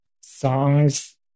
songs